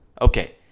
Okay